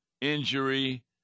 injury